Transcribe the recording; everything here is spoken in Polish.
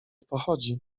pochodzi